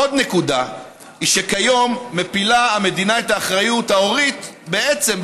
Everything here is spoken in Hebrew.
עוד נקודה היא שכיום המדינה מפילה את האחריות ההורית בעצם,